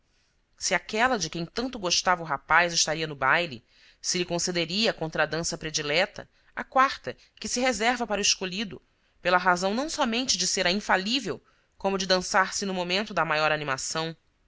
se aquela de quem tanto gostava o rapaz estaria no baile se lhe concederia a contradança predileta a quarta que se reserva para o escolhido pela razão não somente de ser a infalível como de dançar se no momento da maior animação